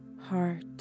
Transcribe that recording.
heart